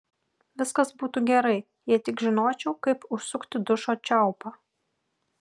viskas būtų gerai jei tik žinočiau kaip užsukti dušo čiaupą